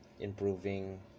improving